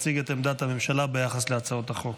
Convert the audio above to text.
להציג את עמדת הממשלה ביחס להצעות החוק.